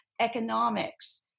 economics